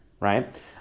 right